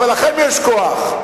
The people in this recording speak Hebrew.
אבל לכם יש כוח,